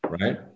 Right